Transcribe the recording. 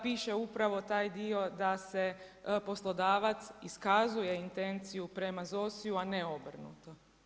Piše upravo taj dio da poslodavac iskazuje intenciju prema ZOSI-ju a ne obrnuto.